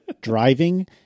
driving